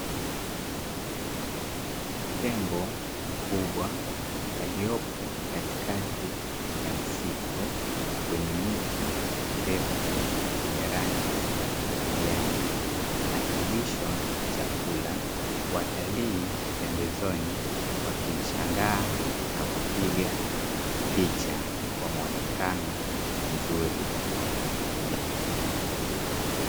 Tembo mkubwa aliyepo katikati ya msitu wenye miti mirefu yenye rangi ya kijani akilishwa chakula, watalii pembezoni wakimshangaa na kupiga picha kwa mwonekano mzuri wa kuvutia.